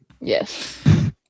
Yes